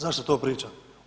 Zašto to pričam?